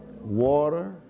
Water